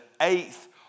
eighth